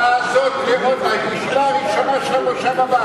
את ההצבעה הזאת בישיבה הראשונה של המושב הבא